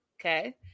Okay